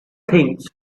things